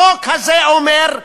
החוק הזה אומר,